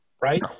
right